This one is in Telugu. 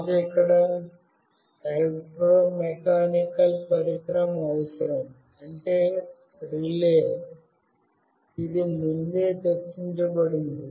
మాకు ఇక్కడ ఎలక్ట్రోమెకానికల్ పరికరం అవసరం అంటే రిలే ఇది ముందే చర్చించబడింది